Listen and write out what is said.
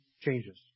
changes